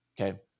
Okay